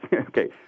okay